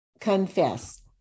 Confess